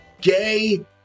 gay